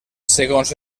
segons